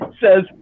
says